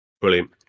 Brilliant